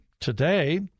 today